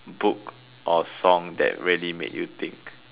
book or song that really made you think